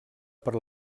per